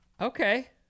Okay